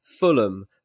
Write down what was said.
Fulham